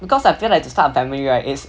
because I feel that to start a family right is